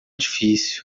difícil